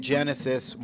Genesis